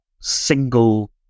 single